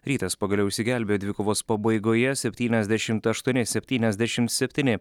rytas pagaliau išsigelbi dvikovos pabaigoje septyniasdešimt aštuoni septyniasdešimt septyni